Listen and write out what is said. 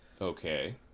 Okay